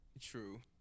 True